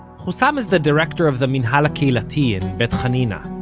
hussam is the director of the minhal ha'kehilati in beit hanina,